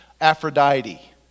Aphrodite